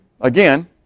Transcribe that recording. again